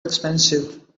expensive